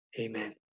Amen